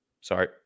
sorry